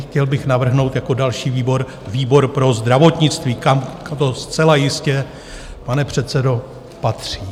Chtěl bych navrhnout jako další výbor pro zdravotnictví, kam to zcela jistě, pane předsedo, patří.